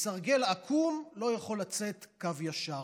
מסרגל עקום לא יכול לצאת קו ישר.